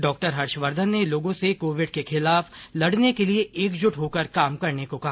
डॉ हर्षवर्धन ने लोगों से कोविड के खिलाफ लड़ने के लिए एकजुट होकर काम करने को कहा